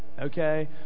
okay